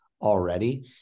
already